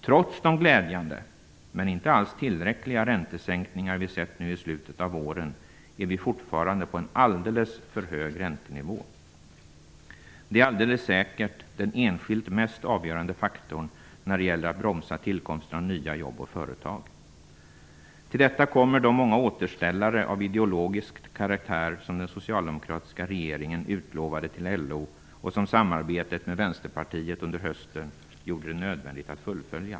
Trots de glädjande, men inte alls tillräckliga, räntesänkningar vi sett i slutet av våren ligger räntorna fortfarande på en alldeles för hög nivå. Det är säkerligen den enskilda mest avgörande faktorn när det gäller att bromsa tillkomsten av nya jobb och företag. Till detta kommer de många återställare av ideologisk karaktär som den socialdemokratiska regeringen utlovade till LO och som samarbetet med Vänsterpartiet under hösten gjorde det nödvändigt att fullfölja.